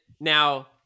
Now